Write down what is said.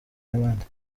n’abandi